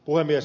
puhemies